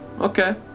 Okay